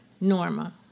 Norma